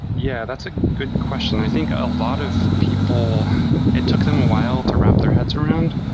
yeah, that's a good question. i think a lot of people it took them a while to wrap their heads around,